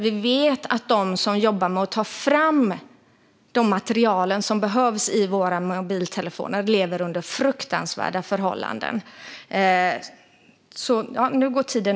Vi vet att de som jobbar med att ta fram de material som behövs i våra mobiltelefoner lever under fruktansvärda förhållanden.